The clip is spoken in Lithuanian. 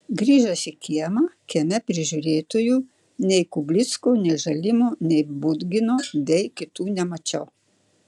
grįžęs į kiemą kieme prižiūrėtojų nei kublicko nei žalimo nei budgino bei kitų nemačiau